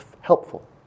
helpful